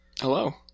hello